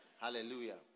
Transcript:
Hallelujah